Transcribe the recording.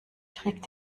krieg